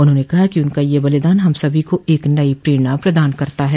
उन्होंने कहा कि उनका यह बलिदान हम सभी को एक नयी प्रेरणा प्रदान करता है